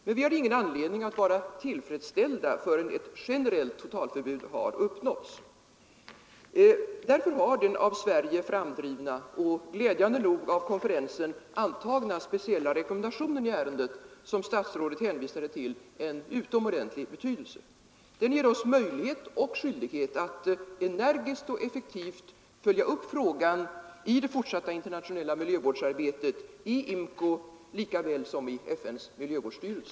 Men vi har ingen anledning att vara tillfredsställda förrän ett generellt och totalt förbud har uppnåtts. Därför har den av Sverige framdrivna och glädjande nog av konferensen antagna speciella rekommendation som statsrådet hänvisade till en utomordentlig betydelse. Den ger oss möjlighet och skyldighet att energiskt och effektivt följa upp frågan i det fortsatta internationella miljövårdsarbetet i IMCO lika väl som i FN:s miljövårdsstyrelse.